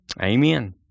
Amen